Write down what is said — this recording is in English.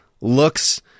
looks